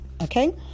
Okay